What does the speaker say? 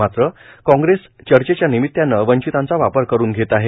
मात्र काँग्रेस चर्चेच्या निमित्तानं वंचितचा वापर करून घेत आहे